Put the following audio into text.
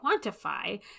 quantify